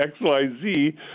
XYZ